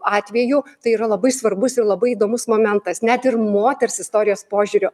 atveju tai yra labai svarbus ir labai įdomus momentas net ir moters istorijos požiūriu